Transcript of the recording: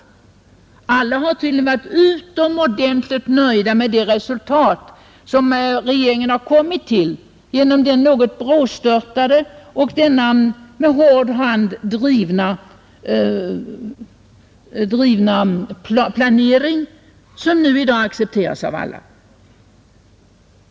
Alla har tydligen varit utomordentligt nöjda med det resultat som regeringen har kommit till genom den något brådstörtade och med hård hand drivna planering som nu i dag accepteras av alla.